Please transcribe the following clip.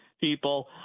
people